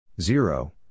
Zero